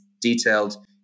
detailed